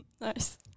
Nice